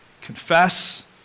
confess